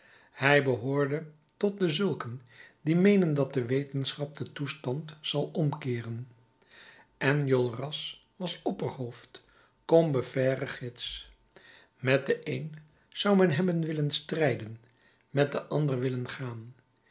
hij behoorde tot dezulken die meenen dat de wetenschap den toestand zal omkeeren enjolras was opperhoofd combeferre gids met den een zou men hebben willen strijden met den ander willen gaan